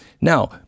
Now